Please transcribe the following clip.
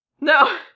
No